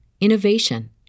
innovation